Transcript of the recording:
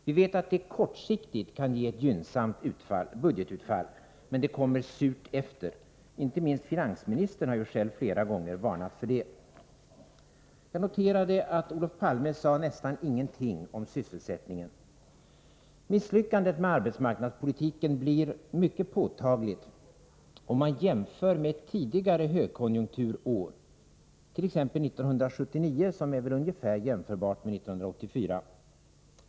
Vi vet att det kortsiktigt kan ge ett gynnsamt budgetutfall, men att det kommer surt efter. Inte minst finansministern har själv flera gånger varnat för det. Jag noterade att Olof Palme sade nästan ingenting om sysselsättningen. Misslyckandet med arbetsmarknadspolitiken blir mycket påtagligt, om man jämför med ett tidigare högkonjunkturår, t.ex. 1979, som väl är ungefär jämförbart med 1984.